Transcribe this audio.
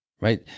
right